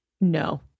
No